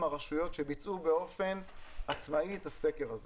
מהרשויות שביצעו באופן עצמאי את הסקר הזה